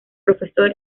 profesor